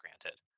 granted